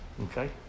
Okay